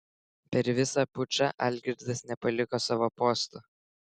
per visą pučą algirdas nepaliko savo posto